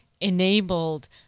enabled